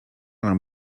nam